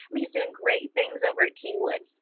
he's doing great things over at kingwood.